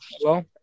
Hello